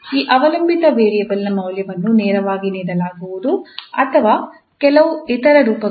ಈ ಅವಲಂಬಿತ ವೇರಿಯೇಬಲ್ನ ಮೌಲ್ಯವನ್ನು ನೇರವಾಗಿ ನೀಡಲಾಗುವುದು ಅಥವಾ ಕೆಲವು ಇತರ ರೂಪಗಳಲ್ಲಿ